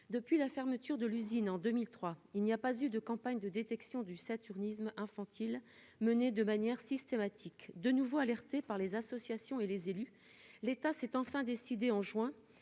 depuis la fermeture de l'usine en 2003, il n'y a pas eu de campagne de détection du saturnisme infantile menées de manière systématique de nouveau alerté par les associations et les élus, l'État s'est enfin décidée en juin,